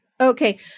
Okay